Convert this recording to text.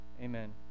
amen